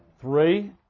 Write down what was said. Three